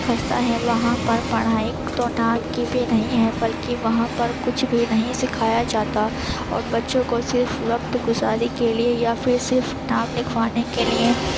خستہ ہے وہاں پر پڑھائی تو نام کی بھی نہیں ہے بلکہ وہاں پر کچھ بھی نہیں سکھایا جاتا اور بچوں کو صرف وقت گذاری کے لیے یا پھر صرف نام لکھوانے کے لیے